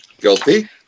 Guilty